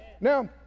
Now